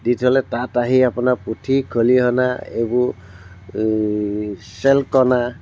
দি থ'লে তাত আহি আপোনাৰ পুথি খলিহনা এইবোৰ চেলকণা